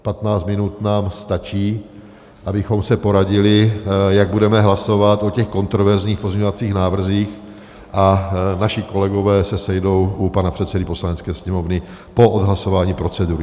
Patnáct minut nám stačí, abychom se poradili, jak budeme hlasovat o těch kontroverzních pozměňovacích návrzích, a naši kolegové se sejdou u pana předsedy Poslanecké sněmovny po odhlasování procedury.